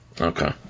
Okay